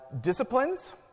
disciplines